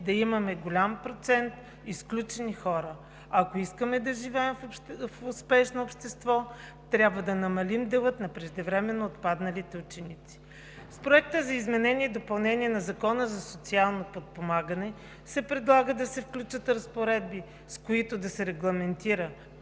да имаме голям процент изключени хора. Ако искаме да живеем в успешно общество, трябва да намалим дела на преждевременно отпадналите ученици. С Проекта за изменение и допълнение на Закона за социално подпомагане се предлага да се включат разпоредби, с които да се регламентира,